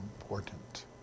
important